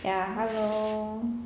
ya hello